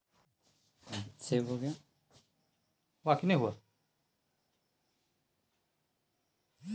नमी बढ़ला सँ आसपासक क्षेत्र मे क्लाइमेट चेंज सेहो हेबाक डर रहै छै